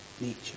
nature